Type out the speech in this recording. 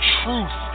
truth